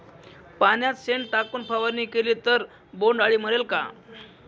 पाण्यात शेण टाकून फवारणी केली तर बोंडअळी मरेल का?